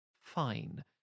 fine